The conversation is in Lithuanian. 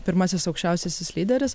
pirmasis aukščiausiasis lyderis